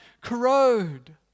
corrode